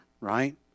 right